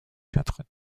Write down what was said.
quatre